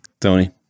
Tony